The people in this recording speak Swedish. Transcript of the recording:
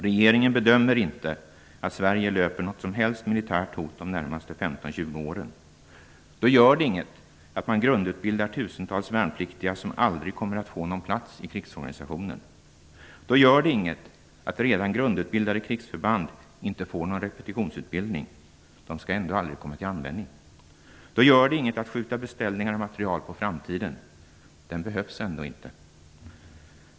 Regeringen bedömer inte att Sverige löper någon som helst risk för militärt hot de närmaste 15-20 åren. Då gör det inget att man grundutbildar tusentals värnpliktiga som aldrig kommer att få någon plats i krigsorganisationen. Då gör det inget att redan grundutbildade krigsförband inte får någon repetitionsutbildning; de skall ändå aldrig komma till användning. Då gör det inget att man skjuter beställningar av materiel på framtiden; den behövs ändå inte.